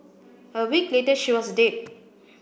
a week later she was dead